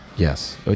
Yes